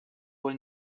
wohl